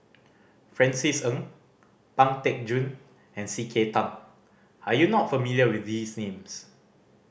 Francis Ng Pang Teck Joon and C K Tang are you not familiar with these names